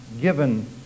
given